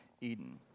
Eden